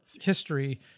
history